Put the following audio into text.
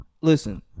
listen